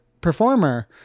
performer